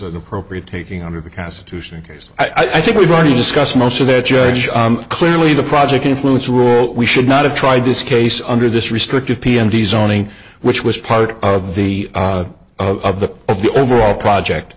an appropriate taking under the constitution because i think we've already discussed most of the judge clearly the project influence rule we should not have tried this case under this restrictive p m t zoning which was part of the of the of the overall project